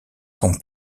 son